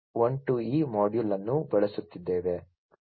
0SP12E module ಅನ್ನು ಬಳಸುತ್ತಿದ್ದೇವೆ